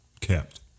kept